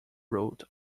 root